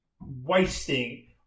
wasting